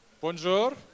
Bonjour